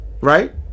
Right